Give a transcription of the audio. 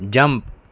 jump